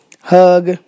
hug